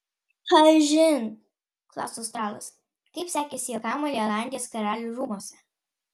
kažin klausia australas kaip sekėsi jo kamuoliui olandijos karalių rūmuose